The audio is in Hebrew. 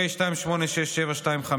פ/2867/25,